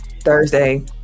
Thursday